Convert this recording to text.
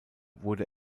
wurde